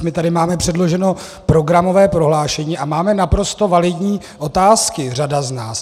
My tady máme předloženo programové prohlášení a máme naprosto validní otázky, řada z nás.